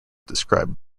described